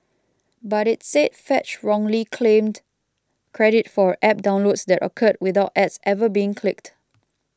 but it said Fetch wrongly claimed credit for App downloads that occurred without ads ever being clicked